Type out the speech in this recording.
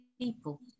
people